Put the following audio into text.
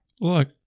Look